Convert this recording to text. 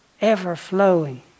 ever-flowing